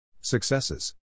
Successes